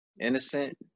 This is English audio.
Innocent